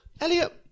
Elliot